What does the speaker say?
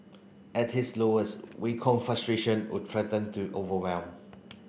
at his lowest Wei Kong frustration would threaten to overwhelm